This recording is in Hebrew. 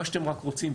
מה שאתם רק רוצים,